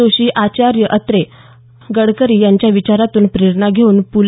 जोशी आचार्य अत्रे गडकरी यांच्या विचारातून प्रेरणा घेऊन प्